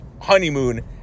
honeymoon